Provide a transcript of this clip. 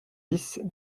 dix